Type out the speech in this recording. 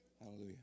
Hallelujah